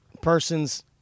person's